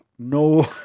No